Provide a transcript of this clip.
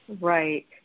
right